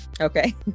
okay